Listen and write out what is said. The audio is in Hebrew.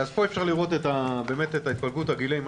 אז פה אפשר לראות את התפלגות הגילאים.